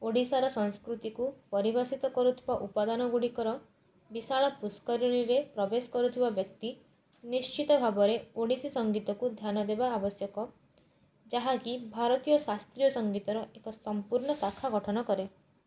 ଓଡ଼ିଶାର ସଂସ୍କୃତିକୁ ପରିବେଷିତ କରୁଥିବା ଉପାଦାନଗୁଡ଼ିକର ବିଶାଳ ପୁଷ୍କରିଣୀରେ ପ୍ରବେଶ କରୁଥିବା ବ୍ୟକ୍ତି ନିଶ୍ଚିତ ଭାବରେ ଓଡ଼ିଶୀ ସଙ୍ଗୀତକୁ ଧ୍ୟାନ ଦେବା ଆବଶ୍ୟକ ଯାହାକି ଭାରତୀୟ ଶାସ୍ତ୍ରୀୟ ସଙ୍ଗୀତର ଏକ ସମ୍ପୂର୍ଣ୍ଣ ଶାଖା ଗଠନ କରେ